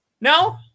No